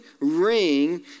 ring